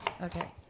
Okay